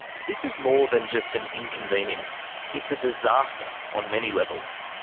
this is more than just an inconvenience. it's a disaster on many levels.